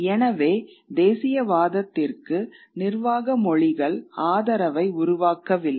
எனவே தேசியவாதத்திற்கு நிர்வாக மொழிகள் ஆதரவை உருவாக்கவில்லை